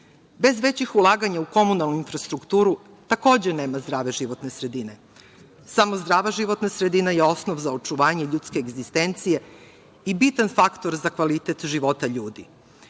Bez većih ulaganja u komunalnu infrastrukturu takođe nema zdrave životne sredine. Samo zdrava životna sredina je osnov za očuvanje ljudske egzistencije i bitan faktor za kvalitet života ljudi. Zato